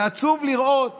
ועצוב לראות